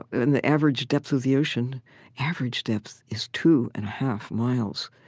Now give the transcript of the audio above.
and the average depth of the ocean average depth is two and a half miles,